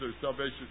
salvation